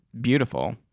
beautiful